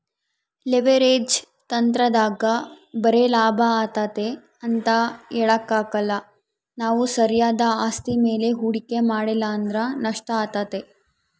leverage ತಂತ್ರದಾಗ ಬರೆ ಲಾಭ ಆತತೆ ಅಂತ ಹೇಳಕಾಕ್ಕಲ್ಲ ನಾವು ಸರಿಯಾದ ಆಸ್ತಿ ಮೇಲೆ ಹೂಡಿಕೆ ಮಾಡಲಿಲ್ಲಂದ್ರ ನಷ್ಟಾತತೆ